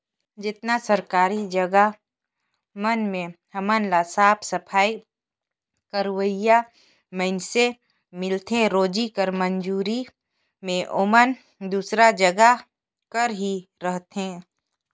जेतना सरकारी जगहा मन में हमन ल साफ सफई करोइया मइनसे मिलथें रोजी कर मंजूरी में ओमन दूसर जगहा कर ही रहथें